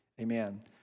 amen